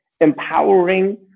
empowering